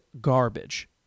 garbage